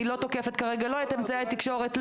אני לא תוקפת כרגע את אמצעי התקשורת,